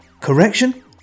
correction